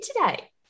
today